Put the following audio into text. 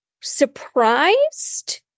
surprised